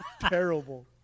Terrible